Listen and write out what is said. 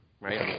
right